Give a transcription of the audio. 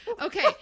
okay